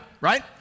right